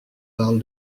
parle